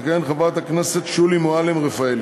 תכהן חברת הכנסת שולי מועלם-רפאלי.